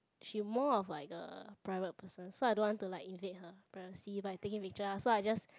she more of like a private person so I don't want to like invade her privacy by taking picture lah so I just